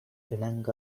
இணங்க